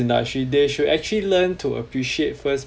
industry they should actually learn to appreciate first